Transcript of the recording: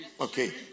okay